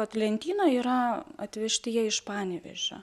vat lentynoj yra atvežti jie iš panevėžio